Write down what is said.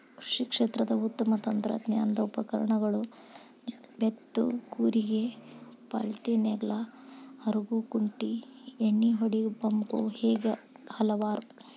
ಕೃಷಿ ಕ್ಷೇತ್ರದ ಉತ್ತಮ ತಂತ್ರಜ್ಞಾನದ ಉಪಕರಣಗಳು ಬೇತ್ತು ಕೂರಿಗೆ ಪಾಲ್ಟಿನೇಗ್ಲಾ ಹರಗು ಕುಂಟಿ ಎಣ್ಣಿಹೊಡಿ ಪಂಪು ಹೇಗೆ ಹಲವಾರು